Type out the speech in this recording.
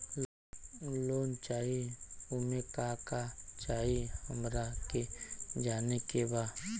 Loan चाही उमे का का चाही हमरा के जाने के बा?